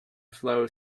flow